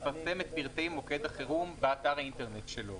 יפרסם את סרטי מוקד החירום באתר האינטרנט שלו.